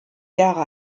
jahre